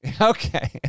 Okay